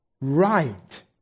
right